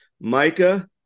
Micah